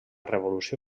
revolució